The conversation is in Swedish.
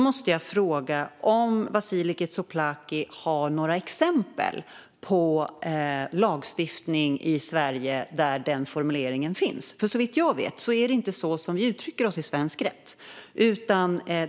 Har Vasiliki Tsouplaki några exempel på lagstiftning i Sverige där den formuleringen finns? Såvitt jag vet är det inte så som vi uttrycker oss i svensk rätt.